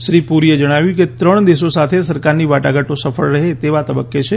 શ્રી પુરીએ જણાવ્યું કે ત્રણ દેશો સાથે સરકારની વાટાઘાટો સફળ રહે તેવા તબક્કે છે